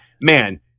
Man